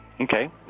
Okay